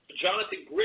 Jonathan